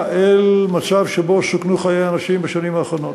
אל מצב שבו סוכנו חיי אנשים בשנים האחרונות,